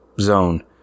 zone